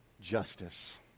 justice